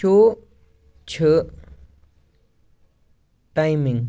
show چھِ timing